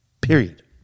Period